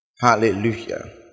Hallelujah